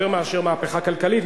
יותר מאשר מהפכה כלכלית,